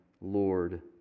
Lord